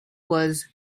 was